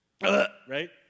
right